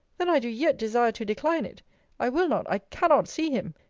then i do yet desire to decline it i will not, i cannot, see him,